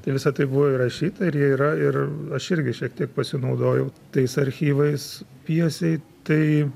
tai visa tai buvo įrašyta ir jie yra ir aš irgi šiek tiek pasinaudojau tais archyvais pjesei tai